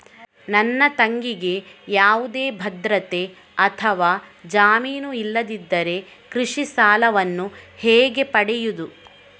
ನನ್ನ ತಂಗಿಗೆ ಯಾವುದೇ ಭದ್ರತೆ ಅಥವಾ ಜಾಮೀನು ಇಲ್ಲದಿದ್ದರೆ ಕೃಷಿ ಸಾಲವನ್ನು ಹೇಗೆ ಪಡೆಯುದು?